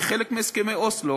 כחלק מהסכמי אוסלו,